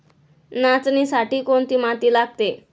नाचणीसाठी कोणती माती लागते?